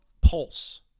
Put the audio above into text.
pulse